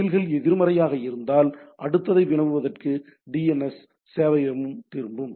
பதில்கள் எதிர்மறையாக இருந்தால் அடுத்ததை வினவுவதற்கான டிஎன்எஸ் சேவையகமும் திரும்பும்